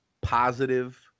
positive